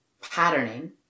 patterning